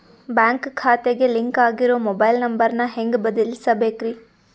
Bank ಖಾತೆಗೆ link ಆಗಿರೋ mobile number ನ ಹೆಂಗ್ ಬದಲಿಸಬೇಕ್ರಿ?